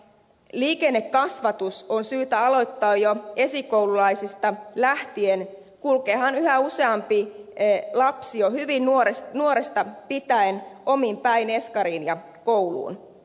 liikennekasvatus on syytä aloittaa jo esikoululaisista lähtien kulkeehan yhä useampi lapsi jo hyvin nuoresta pitäen omin päin eskariin ja kouluun